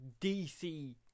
dc